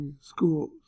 Schools